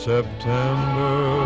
September